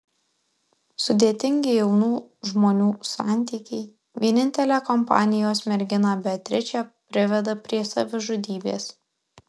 sudėtingi jaunų žmonių santykiai vienintelę kompanijos merginą beatričę priveda prie savižudybės